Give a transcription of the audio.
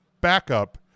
backup